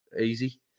easy